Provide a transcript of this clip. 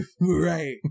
Right